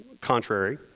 contrary